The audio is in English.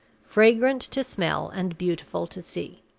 fragrant to smell, and beautiful to see.